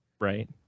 right